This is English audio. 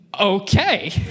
Okay